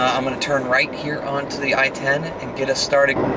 i'm gonna turn right here onto the i ten and get us started.